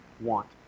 want